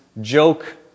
joke